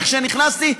כשנכנסתי,